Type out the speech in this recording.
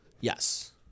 Yes